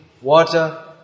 water